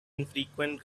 infrequent